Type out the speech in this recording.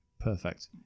Perfect